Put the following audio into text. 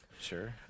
Sure